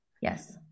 Yes